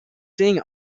seeing